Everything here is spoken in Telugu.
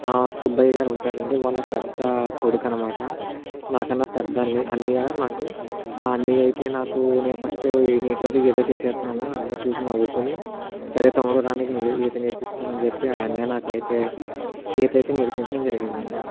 సుబ్బయ్య గారు ఉంటారండి వాళ్ళ పెద్ద కొడుకనమాట నాకన్నాపెద్ద అండి అన్నయ నాకు ఆ అన్నయ అయితే నాకు నేను ఫస్ట్ నీటిలో దిగి ఏదో చేసేస్తున్నాను అన్న చూసి నవ్వుకుని సరే తమ్ముడు రా నీకు ఈత నేర్పిస్తాను అని చెప్పి ఆ అన్నయ్య నాకైతే ఈత అయితే నేర్పించడం జరిగిందండి